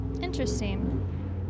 Interesting